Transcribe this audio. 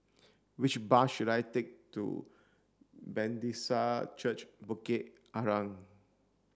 which bus should I take to Church Bukit Arang